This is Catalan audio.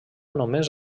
només